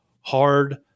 hard